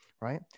right